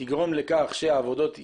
תגרום לכך שהעבודות יתעכבו,